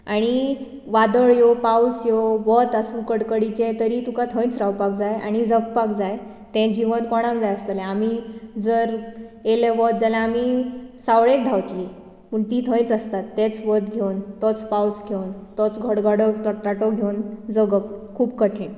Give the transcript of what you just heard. आनी वादळ यो पावस यो वत आसूम कडकडीचें तरी तुका थंयच रावपाक जाय आणि जगपाक जाय तें जिवन कोणाक जाय आसतलें आमी इलें वत जाल्यार आमी सावळेक धावतलीं पूण तीं थंयच आसता तें वत घेवन तो पावस घेवन तोच गडगडो चडतडो घेवन जगप खूब कठीण